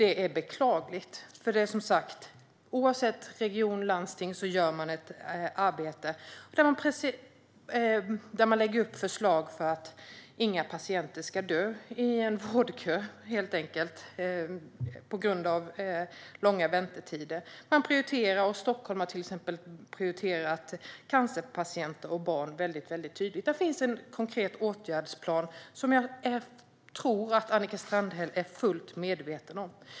Det är beklagligt, för oavsett region eller landsting gör de ett arbete där de lägger fram förslag för att inga patienter ska dö på grund av långa väntetider i vårdkön. Man prioriterar, och Stockholm har till exempel tydligt prioriterat cancerpatienter och barn. Det finns en konkret åtgärdsplan, vilket jag tror att Annika Strandhäll är fullt medveten om.